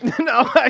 No